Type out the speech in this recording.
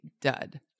dud